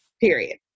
period